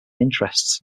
interests